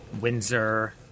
Windsor